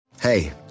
Hey